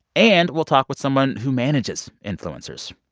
and we'll talk with someone who manages influencers.